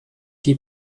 die